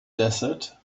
desert